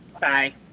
Bye